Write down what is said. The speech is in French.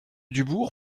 dubourg